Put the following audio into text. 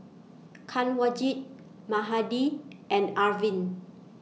Kanwaljit Mahade and Arvind